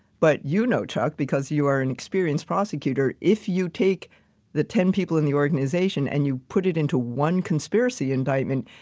but you know, chuck, because you are an experienced prosecutor, if you take the ten people in the organization and you put it into one conspiracy indictment,